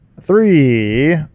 Three